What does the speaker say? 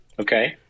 Okay